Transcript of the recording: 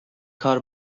کار